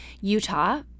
Utah